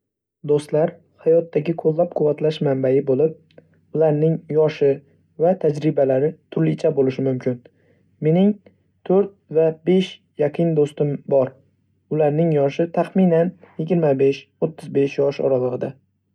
Do‘stlar hayotdagi qo‘llab-quvvatlash manbai bo‘lib, ularning yoshi va tajribalari turlicha bo‘lishi mumkin. Mening to'rt va besh yaqin do‘stim bor, ularning yoshi taxminan yigirma besh - o'ttiz besh yosh oralig‘ida.